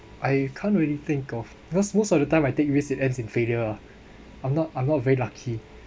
I can't really think of because most of the time I take risk it ends in failure I'm not I'm not very lucky